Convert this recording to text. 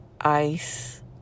ice